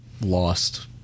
lost